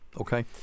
okay